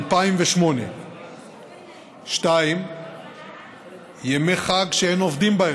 התשס"ח2008 ; 2. ימי חג שאין עובדים בהם,